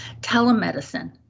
telemedicine